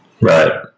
Right